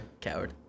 Coward